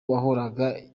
wahoraga